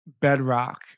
bedrock